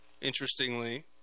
interestingly